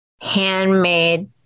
handmade